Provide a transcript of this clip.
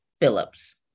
Phillips